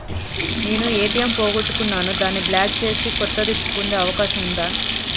నేను ఏ.టి.ఎం పోగొట్టుకున్నాను దాన్ని బ్లాక్ చేసి కొత్తది పొందే అవకాశం ఉందా?